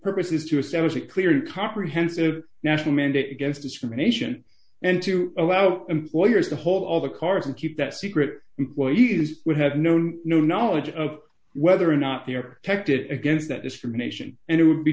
purpose is to establish a clear and comprehensive national mandate against discrimination and to allow employers to whole other cars and keep that secret employees would have known no knowledge of whether or not they are tested against that discrimination and it would be